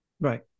Right